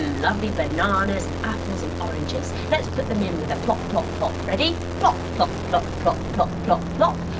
lovely bananas, and apples and oranges. let's put them in with a plop plop plop. ready? plop plop plop plop plop plop plop.